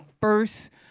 first